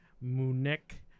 Munich